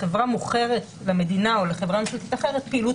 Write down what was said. החברה מוכרת למדינה או לחברה ממשלתית אחרת פעילות